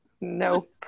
Nope